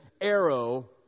arrow